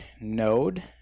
node